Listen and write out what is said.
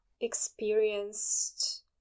experienced